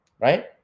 right